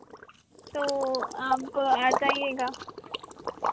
तो आप आ जाइएगा